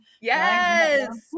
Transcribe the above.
yes